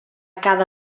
cada